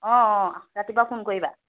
অঁ অঁ ৰাতিপুৱা ফোন কৰিবা